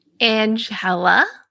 Angela